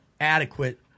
adequate